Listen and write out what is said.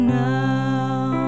now